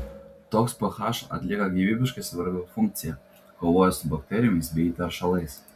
toks ph atlieka gyvybiškai svarbią funkciją kovoja su bakterijomis bei teršalais